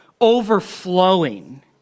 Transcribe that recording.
overflowing